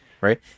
right